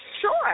Sure